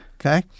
Okay